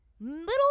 little